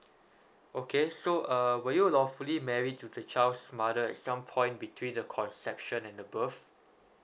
okay so uh were you lawfully marry to the child's mother at some point between the conception and above